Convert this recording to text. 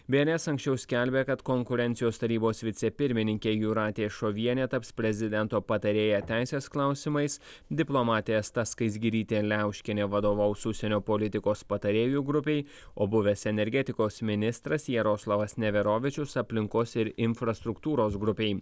bns anksčiau skelbė kad konkurencijos tarybos vicepirmininkė jūratė šovienė taps prezidento patarėja teisės klausimais diplomatė asta skaisgirytė liauškienė vadovaus užsienio politikos patarėjų grupei o buvęs energetikos ministras jaroslavas neverovičius aplinkos ir infrastruktūros grupei